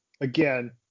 again